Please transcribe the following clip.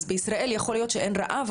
אז בישראל יכול להיות שאין רעב,